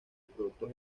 productos